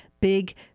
Big